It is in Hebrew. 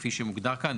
כפי שמוגדר כאן,